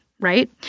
Right